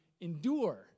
endure